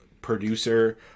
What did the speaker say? producer